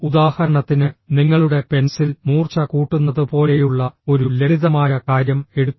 ഉദാഹരണത്തിന് നിങ്ങളുടെ പെൻസിൽ മൂർച്ച കൂട്ടുന്നത് പോലെയുള്ള ഒരു ലളിതമായ കാര്യം എടുക്കുക